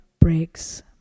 breaks